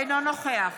אינו נוכח